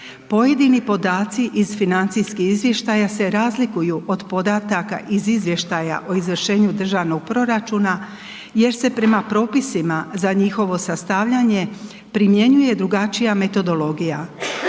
pojedini podaci iz financijskih izvještaja se razlikuju od podataka iz izvještaja o izvršenju državnog proračuna jer se prema propisima za njihovo sastavljanje primjenjuje drugačija metodologija,